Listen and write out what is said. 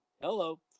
hello